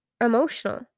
emotional